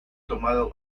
tomado